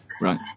Right